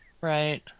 right